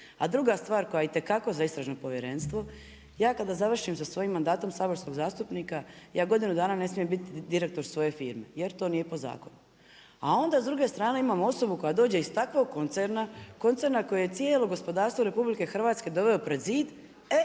A druga stvar koja je itekako za istražno povjerenstvo, ja kada završim sa svojim mandatom saborskog zastupnika ja godinu dana ne smijem bit direktor svoje firme jer to nije po zakonu. A onda s druge strane imamo osobu koja dođe iz takvog koncerna, koncerna koji je cijelo gospodarstvo Republike Hrvatske doveo pred zid e